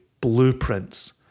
blueprints